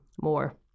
more